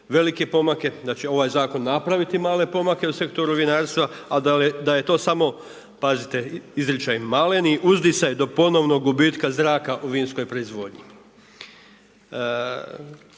velike pomake, da će ovaj zakon napraviti male pomake u sektoru vinarstva a da je to samo, pazite izričaj, maleni uzdisaj do ponovnog gubitka zraka u vinskoj proizvodnji.